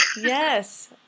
yes